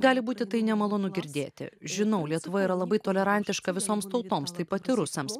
gali būti tai nemalonu girdėti žinau lietuvoje yra labai tolerantiška visoms tautoms taip pat ir rusams